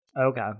Okay